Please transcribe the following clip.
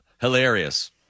hilarious